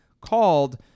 called